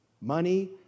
money